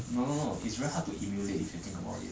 no no no it's very hard to emulate if you think about it